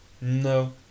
No